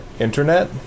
internet